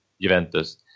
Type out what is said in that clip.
Juventus